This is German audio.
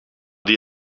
die